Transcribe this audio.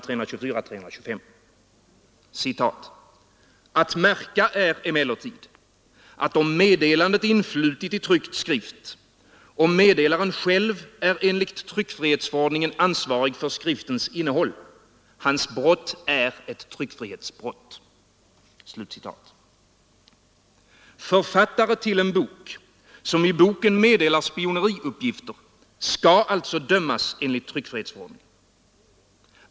324—325: ”Att märka är emellertid, att om meddelandet influtit i tryckt skrift och meddelaren själv är enligt tryckfrihetsförordningen ansvarig för skriftens innehåll, hans brott är ett tryckfrihetsbrott.” Författare till en bok, som i boken meddelar spioneriuppgifter, skall alltså dömas enligt tryckfrihetsförordningen.